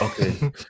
Okay